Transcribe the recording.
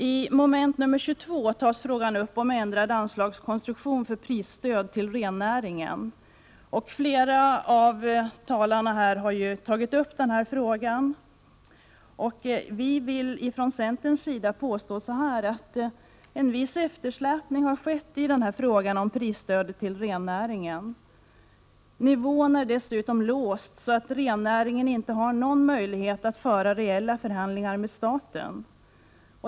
I mom. 22 tas frågan om ändrad anslagskonstruktion för prisstöd till rennäringen upp. Flera av de tidigare talarna har tagit upp denna fråga, och vi vill från centerns sida påstå att en viss eftersläpning har skett i frågan om prisstödet till rennäringen. Nivån är dessutom låst så att rennäringen inte har någon möjlighet att föra reella förhandlingar med staten.